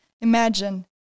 Imagine